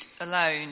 alone